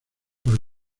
los